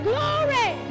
Glory